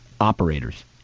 operators